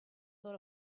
sort